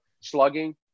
slugging